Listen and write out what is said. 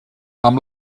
amb